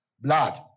Blood